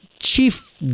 chief